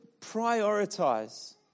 prioritize